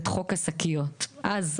אני יזמתי את חוק השקיות אז,